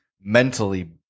mentally